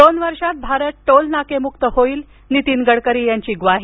दोन वर्षात भारत टोल नाकेमुक्त होईल नीतीन गडकरी यांची ग्वाही